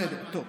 בסדר,